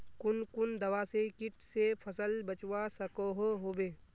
कुन कुन दवा से किट से फसल बचवा सकोहो होबे?